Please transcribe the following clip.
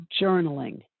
Journaling